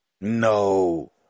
No